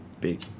big